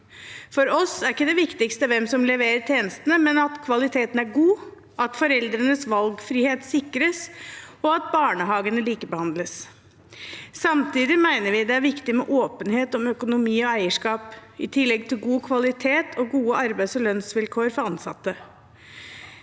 For oss er ikke det viktigste hvem som leverer tjenestene, men at kvaliteten er god, at foreldrenes valgfrihet sikres, og at barnehagene likebehandles. Samtidig mener vi det er viktig med åpenhet om økonomi og eierskap, i tillegg til god kvalitet og gode arbeids- og lønnsvilkår for ansatte.